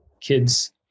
kids